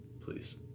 Please